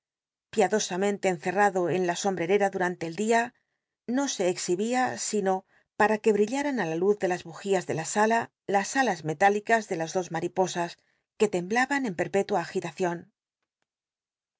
piadosamente encerrado en la sombrerera durante el dia no se exhibía sino para que brilla'in ti la luz de las bugias de la sala las alas metál licas de las dos m wiposas c ue temblaban en perpétua agitacion